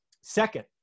Second